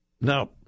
Now